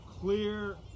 clear